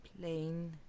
plain